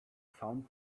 found